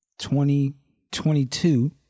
2022